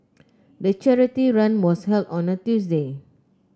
the charity run was held on a Tuesday